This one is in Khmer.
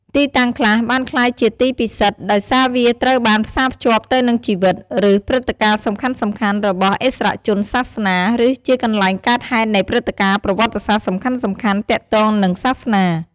ទីតាំងខ្លះបានក្លាយជាទីពិសិដ្ឋដោយសារវាត្រូវបានផ្សារភ្ជាប់ទៅនឹងជីវិត ឬព្រឹត្តិការណ៍សំខាន់ៗរបស់ឥស្សរជនសាសនា ឬជាកន្លែងកើតហេតុនៃព្រឹត្តិការណ៍ប្រវត្តិសាស្ត្រសំខាន់ៗទាក់ទងនឹងសាសនា។